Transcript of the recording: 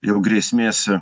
jau grėsmės